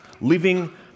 living